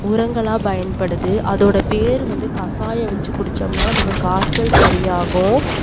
உரங்களாக பயன்படுது அதோடய வேர் வந்து கசாயம் வச்சு குடித்தோம்னா நமக்கு காய்ச்சல் சரி ஆகும்